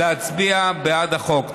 להצביע בעד החוק.